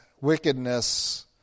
wickedness